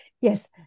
Yes